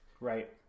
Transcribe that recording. right